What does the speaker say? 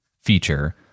feature